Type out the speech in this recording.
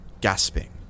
gasping